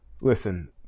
listen